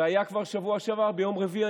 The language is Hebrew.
זה היה כבר בשבוע שעבר, ביום רביעי.